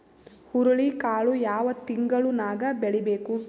ಹುರುಳಿಕಾಳು ಯಾವ ತಿಂಗಳು ನ್ಯಾಗ್ ಬೆಳಿಬೇಕು?